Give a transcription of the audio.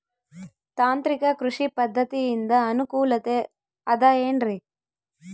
ತಾಂತ್ರಿಕ ಕೃಷಿ ಪದ್ಧತಿಯಿಂದ ಅನುಕೂಲತೆ ಅದ ಏನ್ರಿ?